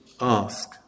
ask